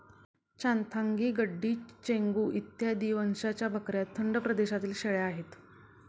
चांथागी, गड्डी, चेंगू इत्यादी वंशाच्या बकऱ्या थंड प्रदेशातील शेळ्या आहेत